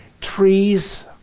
Trees